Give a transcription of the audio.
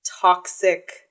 toxic